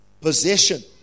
possession